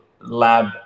lab